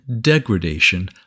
degradation